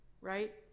right